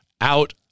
out